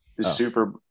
super